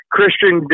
Christian